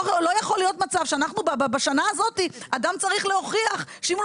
לא יכול להיות מצב שבשנה הזאת אדם צריך להוכיח שאם הוא